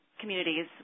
communities